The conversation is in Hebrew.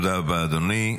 תודה רבה, אדוני.